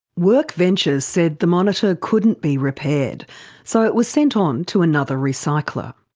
workventures said the monitor couldn't be repaired so it was sent on to another recycler.